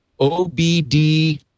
OBD